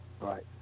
right